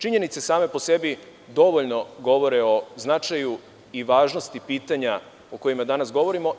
Činjenice same po sebi dovoljno govore o značaju i važnosti pitanja o kojima danas govorimo.